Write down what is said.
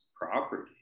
property